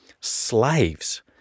slaves